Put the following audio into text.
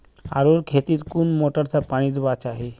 आलूर खेतीत कुन मोटर से पानी दुबा चही?